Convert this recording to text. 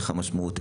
מה המשמעות,